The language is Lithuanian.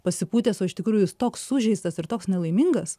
pasipūtęs o iš tikrųjų jis toks sužeistas ir toks nelaimingas